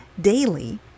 daily